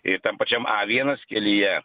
ir tam pačiam vienas kelyje